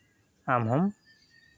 ᱟᱢ ᱦᱚᱸᱢ